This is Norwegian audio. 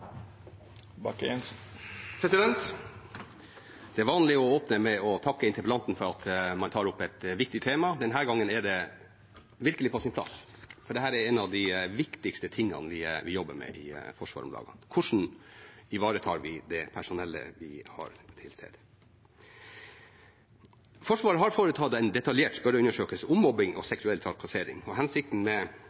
Det er vanlig å åpne med å takke interpellanten for å ta opp et viktig tema. Denne gangen er det virkelig på sin plass, for dette er en av de viktigste tingene vi jobber med i Forsvaret om dagen – hvordan vi ivaretar det personellet vi har til stede. Forsvaret har foretatt en detaljert spørreundersøkelse om mobbing og seksuell trakassering. Hensikten med